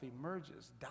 emerges